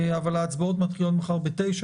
אבל ההצבעות מתחילות מחר ב-09:00.